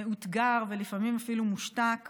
את התחושה שיש עבודה ושהיא פשוט עובדת לטובת אזרחי